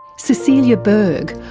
cecilia bergh,